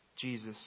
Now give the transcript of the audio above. Jesus